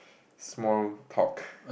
small talk